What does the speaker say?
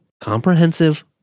comprehensive